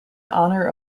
honor